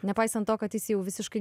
nepaisant to kad jis jau visiškai